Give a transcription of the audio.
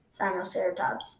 Sinoceratops